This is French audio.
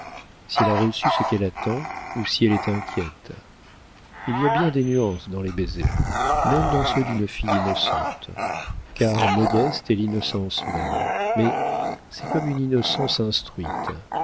elle a reçu ce qu'elle attend ou si elle est inquiète il y a bien des nuances dans les baisers même dans ceux d'une fille innocente car modeste est l'innocence même mais c'est comme une innocence